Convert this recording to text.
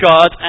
God